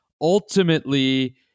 ultimately